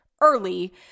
early